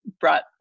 brought